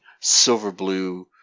Silverblue